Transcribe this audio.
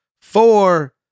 four